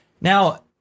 now